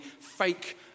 fake